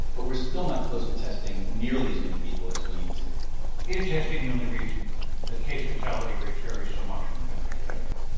but we're still not close to testing nearly as many people as we need to is testing the only reason that case-fatality rates vary so much from country to country?